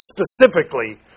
specifically